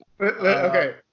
Okay